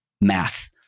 math